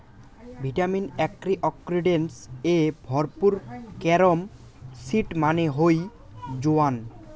vitamin, antioxidants এ ভরপুর carom seed মানে হই জোয়ান